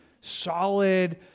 solid